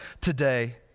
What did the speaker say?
today